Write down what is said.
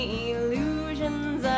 illusions